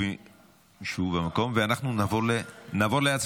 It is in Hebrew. שבו במקום ואנחנו נעבור להצבעה.